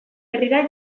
herrira